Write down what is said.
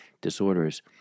disorders